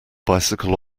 bicycle